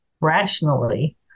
rationally